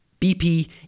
BP